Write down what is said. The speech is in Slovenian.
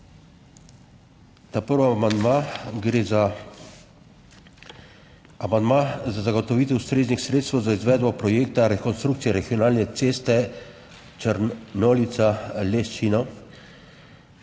Prvi amandma, gre za amandma za zagotovitev ustreznih sredstev za izvedbo projekta Rekonstrukcija regionalne ceste Črnolica-Lečeno,